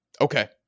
Okay